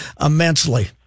immensely